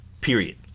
period